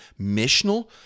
missional